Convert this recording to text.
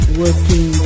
working